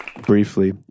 briefly